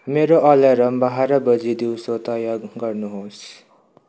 मेरो अलार्म बाह्र बजी दिउँसो तय गर्नु होस्